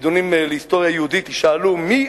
בחידונים בהיסטוריה יהודית ישאלו: מי